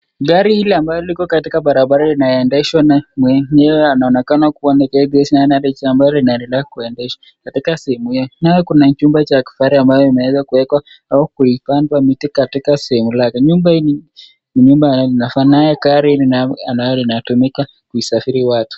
Gari hili ambalo liko katika barabara linaendeshwa na mwenyewe, anaonekana kuwa ni dereva na anaendesha ambalo linaendelea kuendeshwa katika sehemu hiyo. Nayo kuna chumba cha kifahari ambayo imeweza kuwekwa au kupandwa miti katika sehemu lake. Nyumba hii inafanana na ile gari na yote inatumika kusafirisha watu.